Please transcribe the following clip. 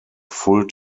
full